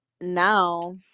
now